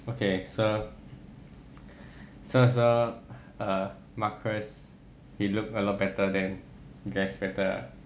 okay so so so err marcus he looked a lot better than dress better ah